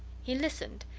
he listened,